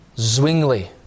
Zwingli